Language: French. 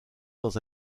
dans